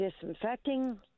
disinfecting